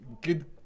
Good